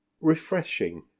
refreshing